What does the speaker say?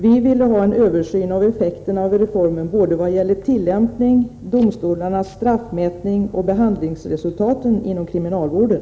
Vi ville ha en översyn av effekterna av reformen vad gäller såväl tillämpningen och domstolarnas straffmätning som behandlingsresultaten inom kriminalvården.